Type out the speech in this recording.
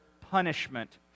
punishment